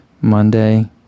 Monday